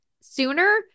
sooner